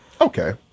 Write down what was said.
Okay